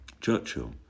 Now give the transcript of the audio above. Churchill